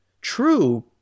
True